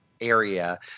area